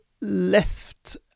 left